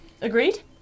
Agreed